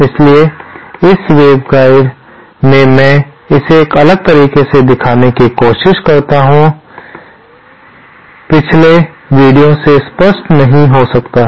इसलिए इस वेवगाइड में मैं इसे एक अलग तरीके से दिखाने की कोशिश करता हूं पिछले वीडियो से स्पष्ट नहीं हो सकता है